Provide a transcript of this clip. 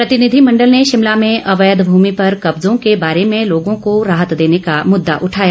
प्रतिनिधिमंडल ने शिमला में अवैध भुमि पर कब्जों के बारे में लोगों को राहत देने का मुद्दा उठाया